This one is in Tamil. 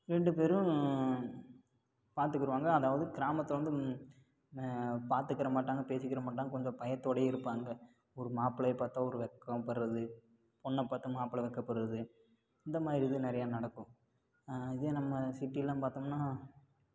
ரெண்டு பேரும் பார்த்துக்கிருவாங்க அதாவது கிராமத்தில் வந்து பார்த்துகிற மாட்டாங்க பேசிக்கிற மாட்டாங்க கொஞ்சம் பயத்தோடேயே இருப்பாங்க ஒரு மாப்பிளையை பார்த்தா ஒரு வெக்கம் படுறது பொண்ணை பார்த்து மாப்பிளை வெக்கப்படுறது இந்த மாதிரி இது நிறையா நடக்கும் இதே நம்ம சிட்டிலெல்லாம் பார்த்தோம்னா